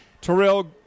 Terrell